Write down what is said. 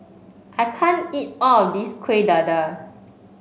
I can't eat all of this Kuih Dadar